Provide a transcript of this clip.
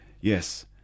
Yes